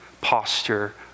posture